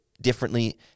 differently